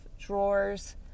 drawers